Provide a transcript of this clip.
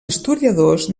historiadors